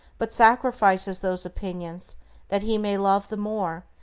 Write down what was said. but sacrifices those opinions that he may love the more,